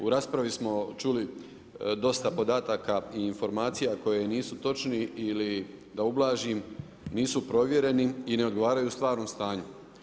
U raspravi smo čuli dosta podataka i informacija koji nisu točni i da ublažim nisu provjereni i ne odgovaraju stvarnom stanju.